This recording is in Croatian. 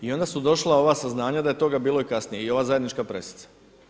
I onda su došla ova saznanja da je toga bilo i kasnije i ova zajednička pressica.